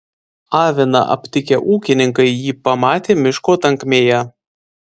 aviną aptikę ūkininkai jį pamatė miško tankmėje